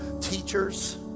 Teachers